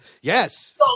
Yes